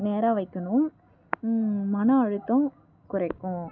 நேராக வைக்கணும் மன அழுத்தம் குறைக்கும்